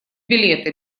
билета